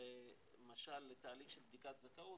למשל לתהליך של בדיקת זכאות,